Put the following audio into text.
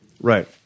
Right